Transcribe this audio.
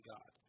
God